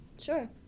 Sure